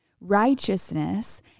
Righteousness